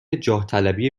جاهطلبی